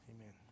amen